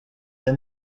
than